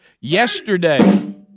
Yesterday